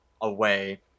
away